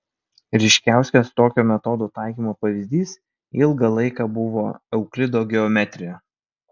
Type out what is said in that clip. ryškiausias tokio metodo taikymo pavyzdys ilgą laiką buvo euklido geometrija